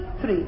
three